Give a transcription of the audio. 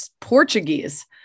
Portuguese